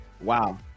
Wow